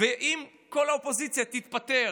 אם כל האופוזיציה תתפטר